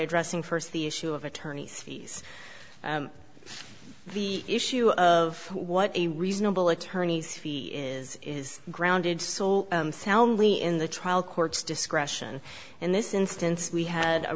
addressing first the issue of attorneys fees the issue of what a reasonable attorney's fees is is grounded so soundly in the trial courts discretion in this instance we had a